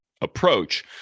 approach